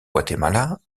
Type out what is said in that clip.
guatemala